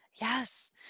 Yes